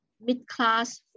mid-class